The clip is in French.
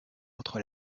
entre